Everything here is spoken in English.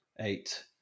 eight